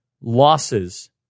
losses